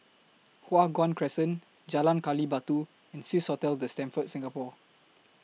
Hua Guan Crescent Jalan Gali Batu and Swissotel The Stamford Singapore